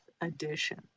edition